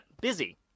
Busy